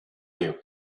you